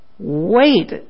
Wait